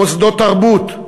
מוסדות תרבות,